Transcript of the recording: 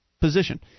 position